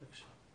בבקשה.